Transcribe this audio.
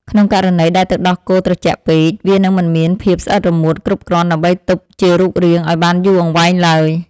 ក្នុងករណីដែលទឹកដោះគោត្រជាក់ពេក វានឹងមិនមានភាពស្អិតរមួតគ្រប់គ្រាន់ដើម្បីទប់ជារូបរាងឱ្យបានយូរអង្វែងឡើយ។